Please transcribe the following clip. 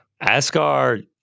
Asgard